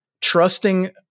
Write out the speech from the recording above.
trusting